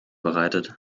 bereitet